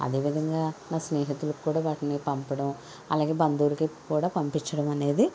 అదేవిధంగా నా స్నేహితులకి కూడా వాటిని పంపడం అలాగే బంధువులకి కూడా పంపించడం అనేది